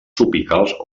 tropicals